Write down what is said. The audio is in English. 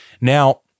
Now